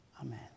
Amen